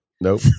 Nope